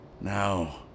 Now